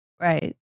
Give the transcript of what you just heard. Right